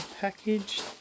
package